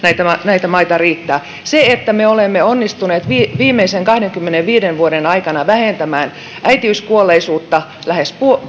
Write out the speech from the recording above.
näitä maita riittää me olemme onnistuneet viimeisen kahdenkymmenenviiden vuoden aikana vähentämään äitiyskuolleisuutta lähes